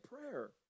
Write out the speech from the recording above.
prayer